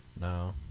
No